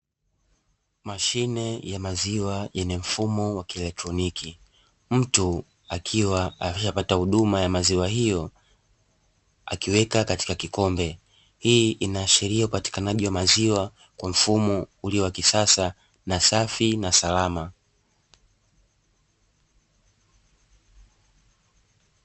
sine ya maziwa yenye mfumo wa kieltroniki